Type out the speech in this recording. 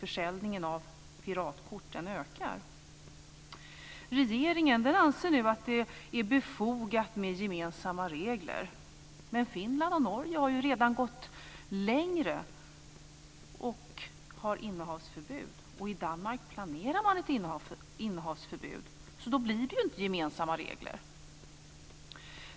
Försäljningen av piratkort ökar. Regeringen anser nu att det är befogat med gemensamma regler, men Finland och Norge har ju redan gått längre och har innehavsförbud, och i Danmark planerar man ett innehavsförbud. Då blir det inte gemensamma regler.